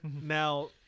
Now